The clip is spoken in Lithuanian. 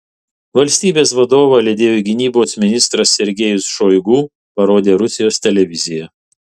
valstybės vadovą lydėjo gynybos ministras sergejus šoigu parodė rusijos televizija